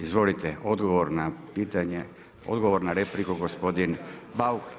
Izvolite, odgovor na pitanje, odgovor na repliku gospodin Bauk.